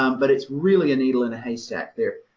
um but it's really a needle in a haystack there.